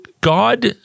God